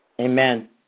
Amen